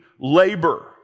labor